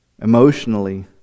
Emotionally